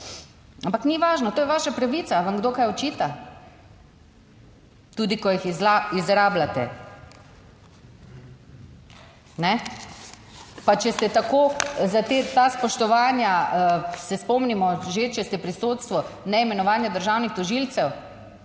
Ampak ni važno, to je vaša pravica. Vam kdo kaj očita tudi ko jih izrabljate? Pa, če ste tako, za ta spoštovanja se spomnimo že, če ste pri sodstvu, ne imenovanja državnih tožilcev,